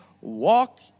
walk